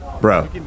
bro